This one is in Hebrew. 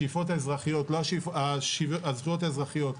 הזכויות האזרחיות,